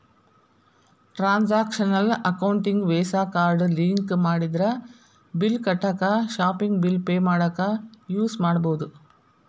transactional ಅಕೌಂಟಿಗಿ visa card link ಮಾಡಿದ್ರ bill ಕಟ್ಟಾಕ ಶಾಪಿಂಗ್ ಬಿಲ್ ಪೆ ಮಾಡಾಕ ಯೂಸ್ ಮಾಡಬೋದು